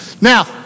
Now